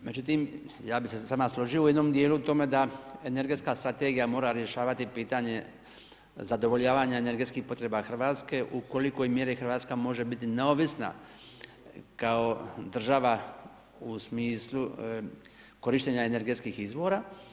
Međutim, ja bi se s vama složio u jednom dijelu u tome, da energetska strategija mora rješavati pitanje zadovoljavanja energetskih potreba Hrvatske, ukoliko mjeri Hrvatska može biti neovisna kao država u smislu korištenja energetskih izvora.